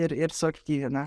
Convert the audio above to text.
ir ir suaktyvina